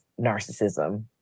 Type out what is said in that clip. narcissism